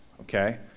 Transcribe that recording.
okay